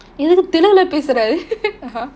you know during the that